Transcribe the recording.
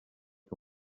que